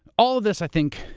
all of this, i think,